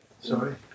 Sorry